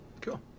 Cool